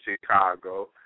Chicago